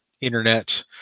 internet